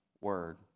word